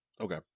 Okay